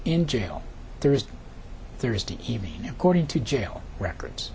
in jail there is thursday evening according to jail records